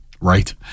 right